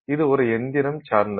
இது ஒரு இயந்திரம் சார்ந்தது